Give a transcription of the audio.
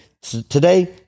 Today